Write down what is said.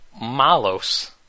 Malos